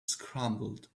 scrambled